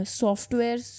software